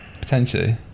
Potentially